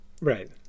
Right